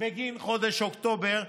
בגין חודש אוקטובר,